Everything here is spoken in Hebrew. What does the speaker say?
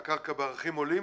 והקרקע בערכים עולים,